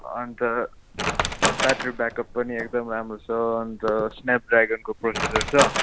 अन्त battery backup पनि एकदम राम्रो छ अन्त स्न्यापड्रयागनको प्रोशेसर छ